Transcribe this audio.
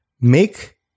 make